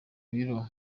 biro